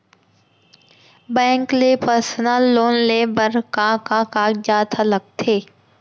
Bank ले personal loan लेये बर का का कागजात ह लगथे?